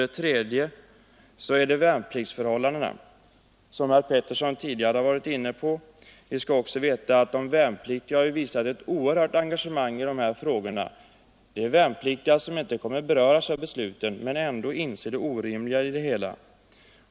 Beaktande av värnpliktsförhållandena. Herr Petersson i Gäddvik har tidigare varit inne på detta. Vi skall tänka på att de värnpliktiga har visat ett oerhört engagemang i dessa frågor. Det är värnpliktiga i en åldersklass som inte kommer att beröras av besluten men som ändå inser det orimliga i det hela.